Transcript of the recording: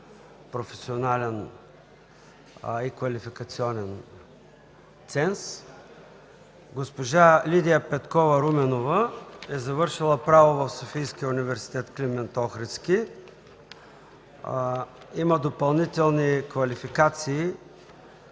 професионален и квалификационен ценз. Госпожа Лидия Петкова Руменова е завършила право в Софийския университет „Климент Охридски”. Има допълнителни квалификации